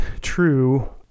true